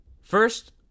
First